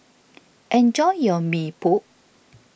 enjoy your Mee Pok